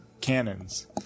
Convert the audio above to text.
cannons